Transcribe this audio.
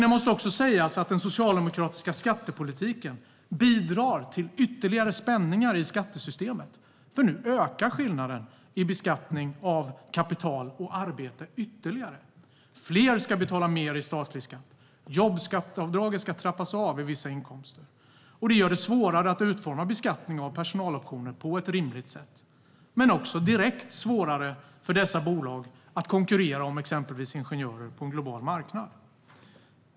Det måste också sägas att den socialdemokratiska skattepolitiken bidrar till ytterligare spänningar i skattesystemet, för nu ökar skillnaden mellan beskattning av kapital och arbete ytterligare. Fler ska betala mer i statlig skatt. Jobbskatteavdraget ska trappas av vid vissa inkomster. Det gör det svårare att utforma beskattning av personaloptioner på ett rimligt sätt men också direkt svårare för dessa bolag att konkurrera om exempelvis ingenjörer på en global marknad.